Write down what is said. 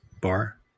bar